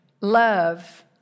love